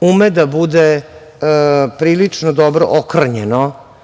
ume da bude prilično dobro okrnjeno